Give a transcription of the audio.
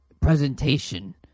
presentation